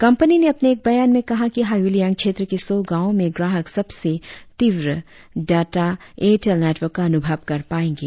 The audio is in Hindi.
कंपनी ने अपने एक बयान में कहा कि हायुलियांग क्षेत्र के सौ गांवो में ग्राहक सबसे तीव्र डाटा एयरटेल नेटवर्क का अनुभव कर पायेंगे